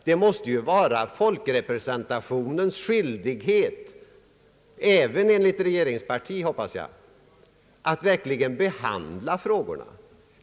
Det måste vara folkrepresentationens skyldighet, och även regeringspartiets, att verkligen behandla frågorna.